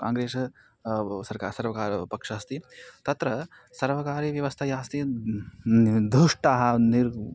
काङ्ग्रेस् सर्वं सर्वकारपक्षः अस्ति तत्र सर्वकारीयव्यवस्था या अस्ति दुष्टा निर्